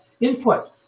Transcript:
input